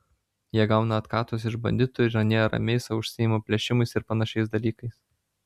jie gauna atkatus iš banditų ir anie ramiai sau užsiima plėšimais ir panašiais dalykais